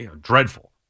dreadful